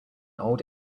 old